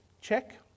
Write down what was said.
check